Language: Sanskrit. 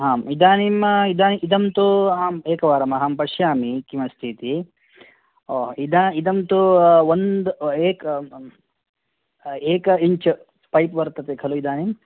हा इदानीं इदं इदं तु अहं एकवारम् अहम् पश्यामि किमस्ति इति हो इदं इदं तु ओन्द् एक् एक इञ्च् पैप् वर्तते खलु इदानीं